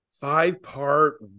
five-part